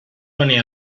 venir